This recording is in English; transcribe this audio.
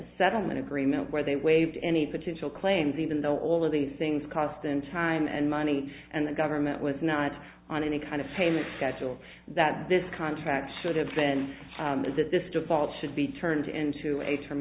settlement agreement where they waived any potential claims even though all of these things cost and time and money and the government was not on any kind of payment schedule that this contract should have been is that this default should be turned into a term